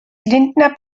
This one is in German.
lindner